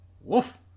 woof